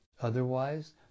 Otherwise